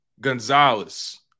Gonzalez